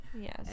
yes